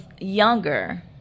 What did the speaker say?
younger